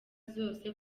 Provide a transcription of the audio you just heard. zose